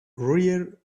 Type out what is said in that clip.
real